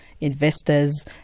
investors